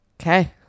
Okay